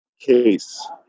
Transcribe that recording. case